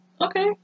Okay